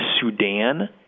Sudan